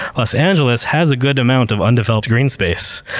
los angeles has a good amount of undeveloped green space,